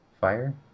fire